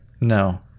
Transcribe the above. No